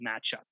matchup